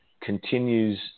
continues